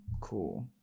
cool